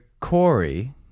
Corey